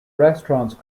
restaurants